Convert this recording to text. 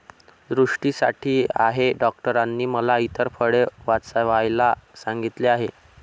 दृष्टीसाठी आहे डॉक्टरांनी मला इतर फळे वाचवायला सांगितले आहे